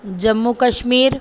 Jammu Kashmir